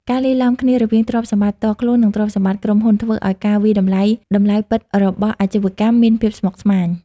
ការលាយឡំគ្នារវាងទ្រព្យសម្បត្តិផ្ទាល់ខ្លួន និងទ្រព្យសម្បត្តិក្រុមហ៊ុន ធ្វើឱ្យការវាយតម្លៃតម្លៃពិតរបស់អាជីវកម្មមានភាពស្មុគស្មាញ។